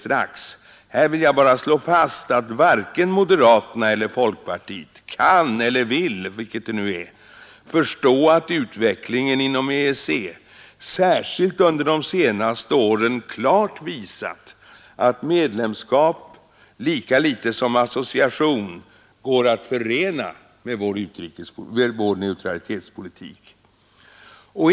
Jag vill här bara slå fast att varken moderaterna eller folkpartiet kan eller vill — vilket det nu är — förstå att utvecklingen inom EEC, särskilt under de senaste åren klart visat att medlemskap lika litet som association går att förena med vår neutralitetspolitik.